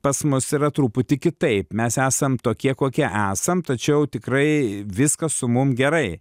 pas mus yra truputį kitaip mes esam tokie kokie esam tačiau tikrai viskas su mum gerai